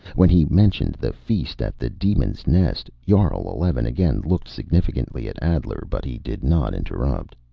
when he mentioned the feast at the demon's nest, jarl eleven again looked significantly at adler, but he did not interrupt.